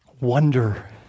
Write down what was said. wonder